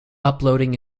uploading